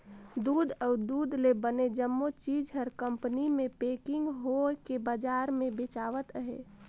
दूद अउ दूद ले बने जम्मो चीज हर कंपनी मे पेकिग होवके बजार मे बेचावत अहे